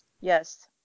yes